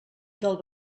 del